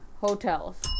Hotels